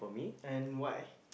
and why